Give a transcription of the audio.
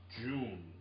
June